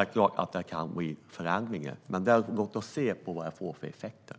är det klart att det kan bli förändringar. Men låt oss se vad det blir för effekter.